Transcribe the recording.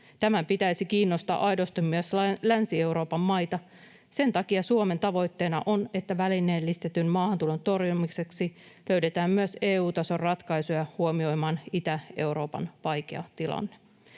Tämän pitäisi kiinnostaa aidosti myös Länsi-Euroopan maita. Sen takia Suomen tavoitteena on, että välineellistetyn maahantulon torjumiseksi löydetään myös EU-tason ratkaisuja huomioimaan Itä-Euroopan vaikea tilanne.